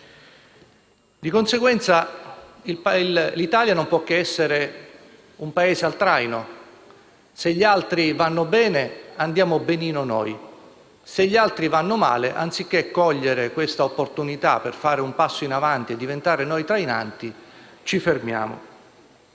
Di conseguenza, l'Italia non può che essere un Paese al traino: se gli altri vanno bene, andiamo benino anche noi; se gli altri vanno male, noi, anziché cogliere questa opportunità per fare un passo in avanti e diventare trainanti, ci fermiamo.